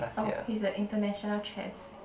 oh he's a international chess